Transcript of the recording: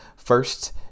First